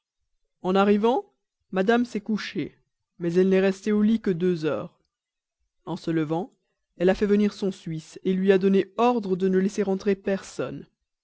en arrivant madame s'est couchée mais elle n'est restée au lit que deux heures en se levant elle a fait venir son suisse lui a donné l'ordre de ne laisser entrer personne